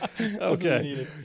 Okay